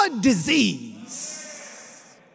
disease